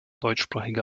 deutschsprachige